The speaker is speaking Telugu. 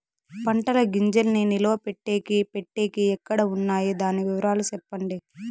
పంటల గింజల్ని నిలువ పెట్టేకి పెట్టేకి ఎక్కడ వున్నాయి? దాని వివరాలు సెప్పండి?